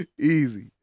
Easy